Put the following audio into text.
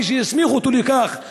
מי שהסמיך אותו לכך,